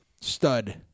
stud